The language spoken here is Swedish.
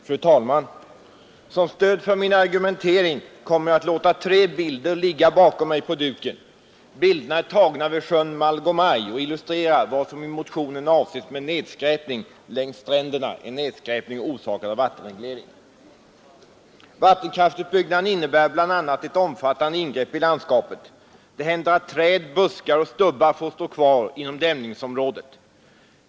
Fru talman! Som stöd för min argumentering kommer jag att låta tre bilder ligga på TV-skärmen bakom mig. Bilderna är tagna vid sjön Malgomaj och illustrerar vad som i motionen avses med nedskräpning längs stränder orsakad av vattenreglering. Vattenkraftutbyggnaden innebär ibland ett omfattande ingrepp i landskapet. Det händer att träd, buskar och stubbar får stå kvar inom dämningsområdet.